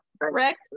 correct